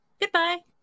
Goodbye